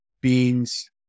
beans